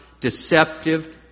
deceptive